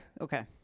Okay